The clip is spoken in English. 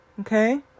okay